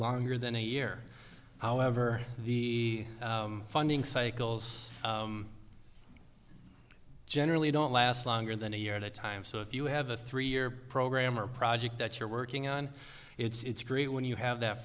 longer than a year however the funding cycles generally don't last longer than a year at a time so if you have a three year program or project that you're working on it's great when you have that